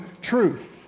truth